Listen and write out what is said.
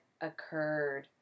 occurred